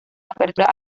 apertura